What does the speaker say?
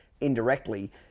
indirectly